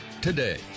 today